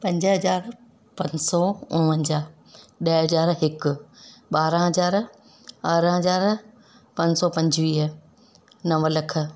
पंज हज़ार पंज सौ उणिवंजाह ॾह हज़ार हिक ॿारहां हज़ार ॿारहां हज़ार पंज सौ पंजवीह नव लख